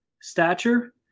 stature